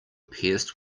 pierced